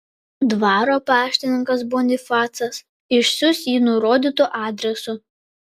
dvaro paštininkas bonifacas išsiųs jį nurodytu adresu